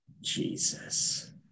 Jesus